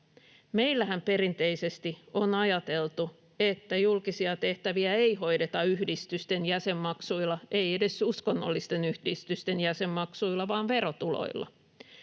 Meillähän on perinteisesti ajateltu, että julkisia tehtäviä ei hoideta yhdistysten jäsenmaksuilla, ei edes uskonnollisten yhdistysten jäsenmaksuilla, vaan verotuloilla.